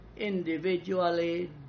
individually